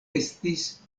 estis